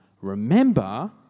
Remember